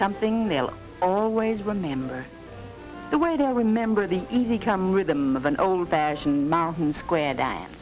something they'll always remember the way to remember the easy come rhythm of an old fashioned mountain square